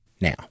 Now